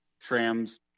trams